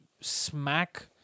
smack